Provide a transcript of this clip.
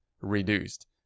reduced